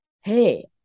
hey